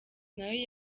nayo